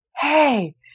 hey